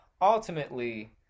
ultimately